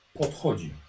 podchodzi